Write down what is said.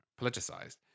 politicized